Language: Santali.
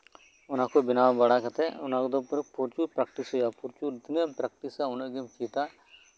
ᱚᱱᱟᱠᱚ ᱵᱮᱱᱟᱣ ᱵᱟᱲᱟ ᱠᱟᱛᱮᱫ ᱚᱱᱟ ᱠᱚᱫᱚ ᱯᱨᱚᱪᱩᱨ ᱯᱨᱮᱠᱴᱤᱥ ᱦᱳᱭᱳᱜᱼᱟ ᱯᱨᱚᱪᱩᱨ ᱛᱤᱱᱟᱹᱜ ᱮᱢ ᱯᱨᱮᱠᱴᱤᱥ ᱼᱟ ᱩᱱᱟᱹᱜ ᱜᱮᱢ ᱪᱮᱫᱟ